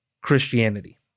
Christianity